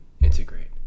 integrate